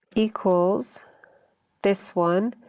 equals this one,